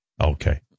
Okay